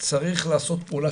שצריך לעשות פעולה,